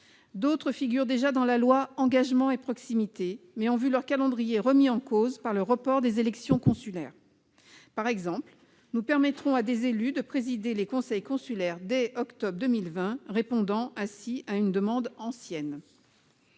la proximité de l'action publique, mais ont vu leur calendrier remis en cause par le report des élections consulaires. Par exemple, nous permettrons à des élus de présider les conseils consulaires dès octobre 2020, répondant ainsi à une demande ancienne.